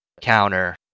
counter